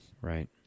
Right